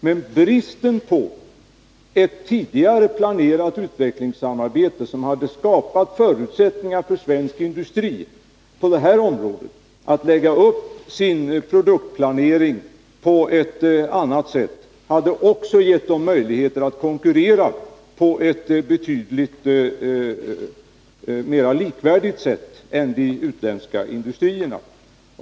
Men ett tidigare planerat utvecklingssamarbete, som hade skapat förutsättningar för svensk industri på det här området att lägga upp sin produktplanering på ett annat sätt, hade också gett svensk industri möjligheter att konkurrera på betydligt mer likvärdiga villkor med de utländska industrierna.